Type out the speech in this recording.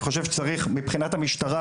אני חושב שצריך מבחינת המשטרה,